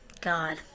God